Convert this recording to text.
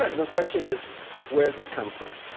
the question is where did this come from?